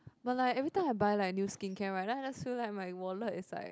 but like every time I buy like new skincare right then I just feel like my wallet is like